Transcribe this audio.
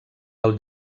del